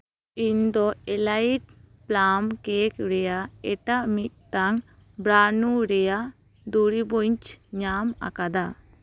ᱤᱧ ᱫᱚ ᱮᱞᱟᱭᱤᱯᱷ ᱯᱞᱟᱢ ᱠᱮᱠ ᱨᱮᱭᱟᱜ ᱮᱴᱟᱜ ᱢᱤᱫᱴᱟᱝ ᱵᱨᱟᱱᱩ ᱨᱮᱭᱟᱜ ᱫᱩᱨᱤᱵᱽ ᱦᱚᱧ ᱧᱟᱢ ᱟᱠᱟᱫᱟ